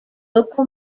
local